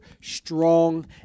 strong